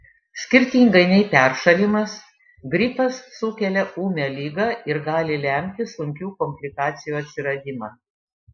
skirtingai nei peršalimas gripas sukelia ūmią ligą ir gali lemti sunkių komplikacijų atsiradimą